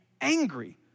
angry